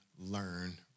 learn